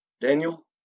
Daniel